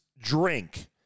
drink